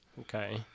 Okay